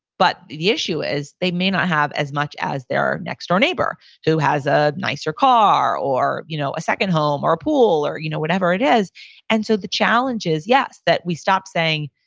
but the issue is they may not have as much as their next door neighbor who has a nicer car or you know a second home or a pool or you know whatever it is and so the challenge is yes, that we stop saying,